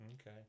Okay